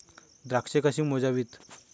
द्राक्षे कशी मोजावीत?